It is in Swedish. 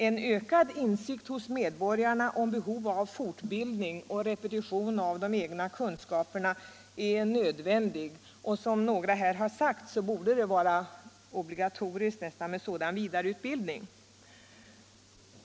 En ökad insikt hos medborgarna om behovet av fortbildning och repetition av de egna kunskaperna är nödvändig. Som några här har sagt borde det vara obligatoriskt med sådan vidareutbildning.